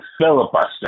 filibuster